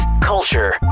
culture